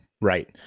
right